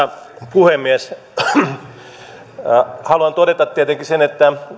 puhemies haluan todeta tietenkin sen että